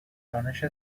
رانش